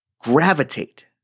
gravitate